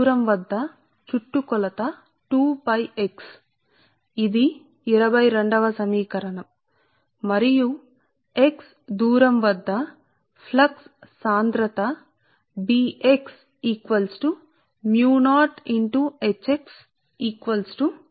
current ను తీసుకొని వెళ్లినపుడు కరెంటు I సమానం కాబట్టి మీటరు కు ampere turn కాబట్టి సాధ్యమైన చోట మీకు యూనిట్ లను నేను ఇచ్చాను సరేఇది ఇపుడు సమీకరణం 22